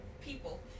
people